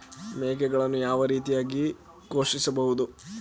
ಮೇಕೆಗಳನ್ನು ಯಾವ ರೀತಿಯಾಗಿ ಪೋಷಿಸಬಹುದು?